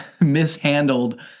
mishandled